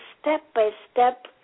step-by-step